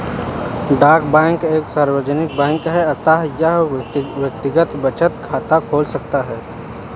डाक बैंक एक सार्वजनिक बैंक है अतः यह व्यक्तिगत बचत खाते खोल सकता है